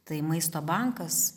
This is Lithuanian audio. tai maisto bankas